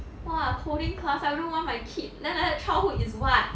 !wah! coding class I wouldn't want my kid then like that childhood is what